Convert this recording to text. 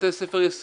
בתי ספר יסודיים,